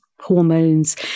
hormones